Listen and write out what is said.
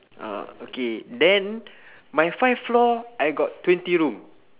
uh okay then my five floor I got twenty room